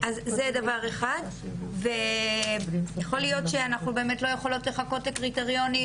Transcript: אז זה דבר אחד ויכול להיות שאנחנו באמת לא יכולות לחכות לקריטריונים